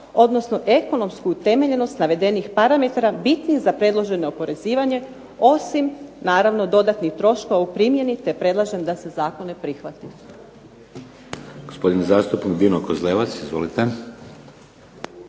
odnosno ekonomsku utemeljenost navedenih parametara bitnih za predloženo oporezivanje osim naravno dodatnih troškova u primjeni te predlažem da se zakon ne prihvati.